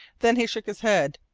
then he shook his head.